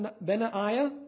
Benaiah